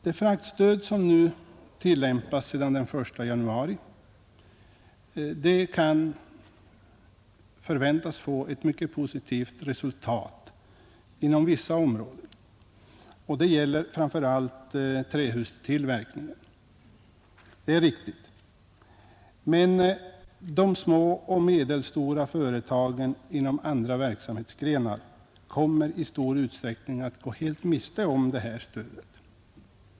Det fraktstöd som tillämpas sedan den 1 januari kan förväntas få ett mycket positivt resultat inom vissa områden, framför allt när det gäller trähustillverkningen. Det är riktigt. Men de små och medelstora företagen inom andra verksamhetsgrenar kommer i stor utsträckning att helt gå miste om detta stöd.